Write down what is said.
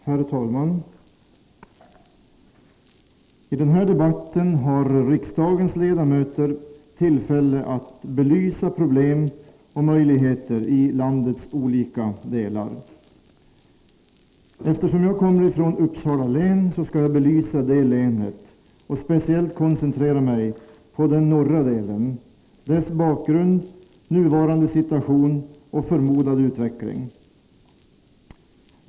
Herr talman! I denna debatt har riksdagens ledamöter tillfälle att belysa problem och möjligheter i landets olika delar. Eftersom jag kommer från Uppsala län skall jag belysa det länet och speciellt koncentrera mig på den norra delen; dess bakgrund, nuvarande situation och förmodad utveckling.